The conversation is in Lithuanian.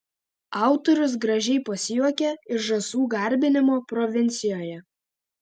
autorius gražiai pasijuokia iš žąsų garbinimo provincijoje